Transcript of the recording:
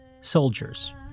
soldiers